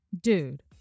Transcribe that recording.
Dude